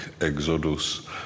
exodus